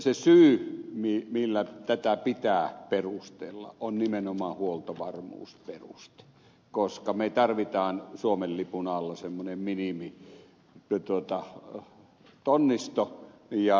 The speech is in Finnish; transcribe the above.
se syy millä tätä pitää perustella on nimenomaan huoltovarmuusperuste koska me tarvitsemme suomen lipun alle semmoisen minimitonniston